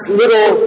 little